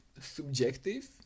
subjective